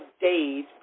days